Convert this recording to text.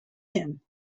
him